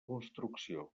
construcció